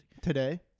Today